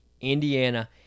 Indiana